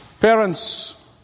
Parents